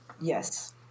Yes